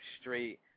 straight